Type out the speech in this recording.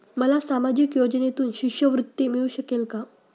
मला सामाजिक योजनेतून शिष्यवृत्ती मिळू शकेल का?